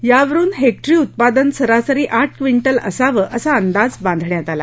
यावरुन हेक्टरी उत्पादन सरासरी आठ क्विंटल असावं असा अंदाज बांधण्यात आला